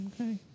Okay